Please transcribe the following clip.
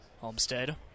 Homestead